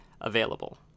available